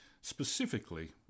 specifically